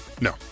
No